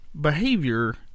behavior